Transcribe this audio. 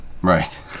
Right